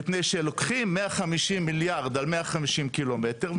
מפני שלוקחים 150 מיליארד על 150 קילומטר,